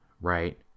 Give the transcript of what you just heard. right